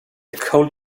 cold